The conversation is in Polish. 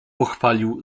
pochwalił